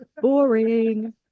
Boring